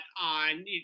on